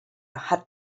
hat